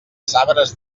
sabres